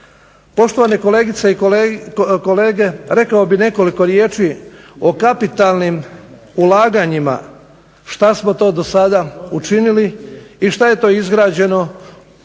Poštovane kolegice i kolege, rekao bih nekoliko riječi o kapitalnim ulaganjima šta smo to do sada učinili i šta je to izgrađeno u ovoj